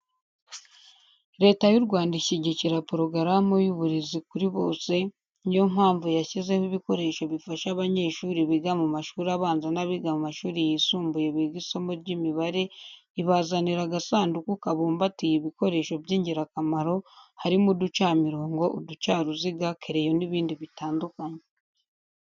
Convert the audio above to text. Leta y'u Rwanda ishyigikira cyane porogaramu y'uburezi kuri bose ni yo mpamvu yashyizeho ibikoresho bifasha abanyeshuri biga mu mashuri abanza n'abiga mu mashuri yisumbuye biga isomo ry'imibare ibazanira agasanduku kabumbatiye ibikoresho by'ingirakamaro harimo uducamirongo, uducaruziga, kereyo n'ibindi bitandukanye.